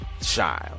child